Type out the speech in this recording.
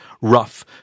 rough